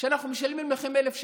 אנחנו משלמים לכם 1,000 שקל.